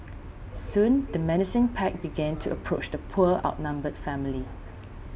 soon the menacing pack began to approach the poor outnumbered family